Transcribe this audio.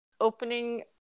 opening